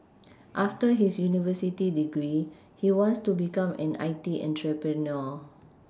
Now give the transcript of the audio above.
after his university degree he wants to become an I T entrepreneur